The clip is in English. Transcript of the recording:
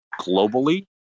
globally